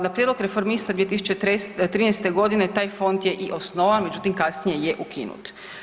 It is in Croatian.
Na prijedlog reformista 2013. godine taj fond je i osnovan međutim kasnije je ukinut.